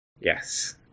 yes